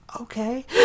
okay